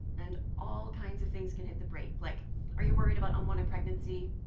and all kinds of things can hit the brake. like are you worried about unwanted pregnancy?